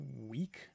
week